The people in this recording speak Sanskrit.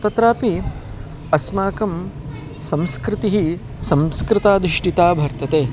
तत्रापि अस्माकं संस्कृतिः संस्कृताधिष्टिता वर्तते